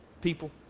people